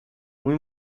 mój